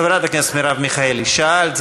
חברת הכנסת מרב מיכאלי, שאלת?